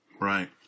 Right